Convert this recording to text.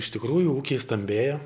iš tikrųjų ūkiai stambėja